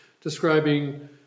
describing